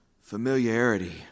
Familiarity